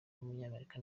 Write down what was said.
w’umunyamerika